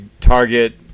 target